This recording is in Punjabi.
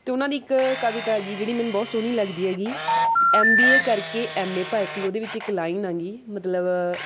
ਅਤੇ ਉਹਨਾਂ ਦੀ ਇੱਕ ਕਵਿਤਾ ਹੈਗੀ ਜਿਹੜੀ ਮੈਨੂੰ ਬਹੁਤ ਸੋਹਣੀ ਲੱਗਦੀ ਹੈਗੀ ਐੱਮ ਬੀ ਏ ਕਰਕੇ ਐੱਮ ਏ ਭਰਤੀ ਉਹਦੇ ਵਿੱਚ ਇੱਕ ਲਾਈਨ ਹੈਗੀ ਮਤਲਬ